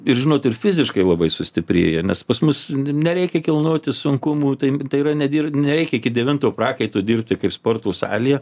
ir žinot ir fiziškai labai sustiprėja nes pas mus nereikia kilnoti sunkumų tai yra nedirbti nereikia iki devinto prakaito dirbti kaip sporto salėje